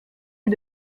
est